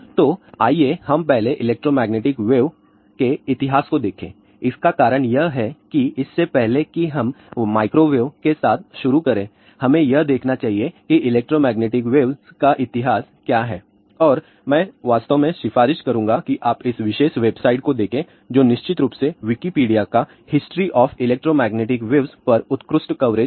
तो आइए हम पहले इलेक्ट्रोमैग्नेटिक वेव्स के इतिहास को देखें इसका कारण यह है कि इससे पहले कि हम माइक्रोवेव के साथ शुरू करें हमें यह देखना चाहिए कि इलेक्ट्रोमैग्नेटिक वेव्स का इतिहास क्या है और मैं वास्तव में सिफारिश करूंगा कि आप इस विशेष वेबसाइट को देखें जो निश्चित रूप से विकिपीडिया का हिस्ट्री ऑफ इलेक्ट्रोमैग्नेटिक वेव्स पर उत्कृष्ट कवरेज है